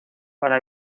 para